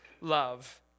love